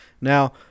Now